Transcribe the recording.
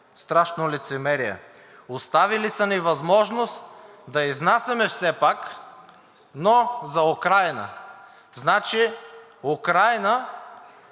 Страшно лицемерие! Оставили са ни възможност да изнасяме все пак, но за Украйна! Значи, Украйна